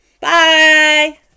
Bye